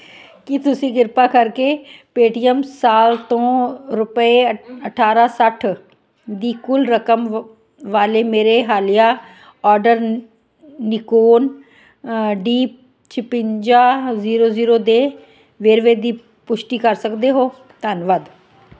ਕੀ ਤੁਸੀਂ ਕਿਰਪਾ ਕਰਕੇ ਪੇਟੀਐਮ ਸਾਲ ਤੋਂ ਰੁਪਏ ਅ ਅਠਾਰਾਂ ਸੱਠ ਦੀ ਕੁੱਲ ਰਕਮ ਵ ਵਾਲੇ ਮੇਰੇ ਹਾਲੀਆ ਆਰਡਰ ਨ ਨਿਕੋਨ ਡੀ ਛਪੰਜਾ ਜ਼ੀਰੋ ਜ਼ੀਰੋ ਦੇ ਵੇਰਵੇ ਦੀ ਪੁਸ਼ਟੀ ਕਰ ਸਕਦੇ ਹੋ ਧੰਨਵਾਦ